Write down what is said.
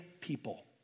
people